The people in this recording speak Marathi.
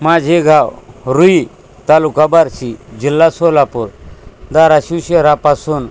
माझे गाव रुई तालुका बारशी जिल्हा सोलापूर धाराशिव शहरापासून